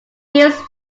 gives